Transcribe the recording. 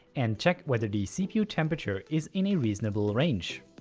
and check whether the cpu temperature is in a reasonable range.